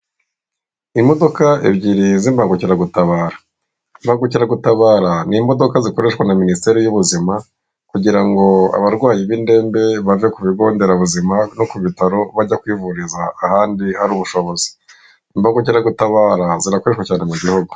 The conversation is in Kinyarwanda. Imodoka ebyiri z'impagukiragutabara, impagukiragutabara ni'i imodoka zikoreshwa na minisiteri y'ubuzima kugira ngo abarwayi b'indembe bave ku bigo nderabuzima no ku bitaro bajya kwivuriza ahandi hari ubushobozi imbogukeragutabara zarakoreshwaga mu gihugu.